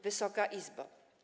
Wysoka Izbo!